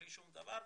בלי שום דבר,